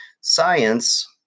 science